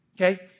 Okay